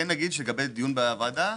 לגבי דיון בוועדה,